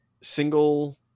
single